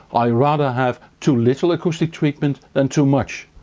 i rather have too little acoustic treatment than too much.